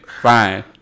Fine